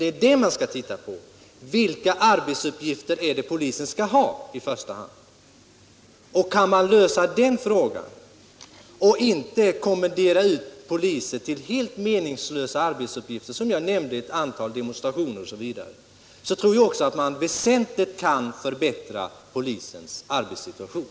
Det är detta man skall titta på. Vilka arbetsuppgifter är det polisen skall ha i första hand? Man skall lösa den frågan och inte kommendera ut polisen till helt meningslösa arbetsuppgifter, som jag nämnde exempel på, bevakning av demonstrationer osv. Därmed tror jag att man väsentligen kan förbättra polisens arbetssituation.